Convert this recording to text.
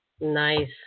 Nice